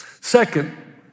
Second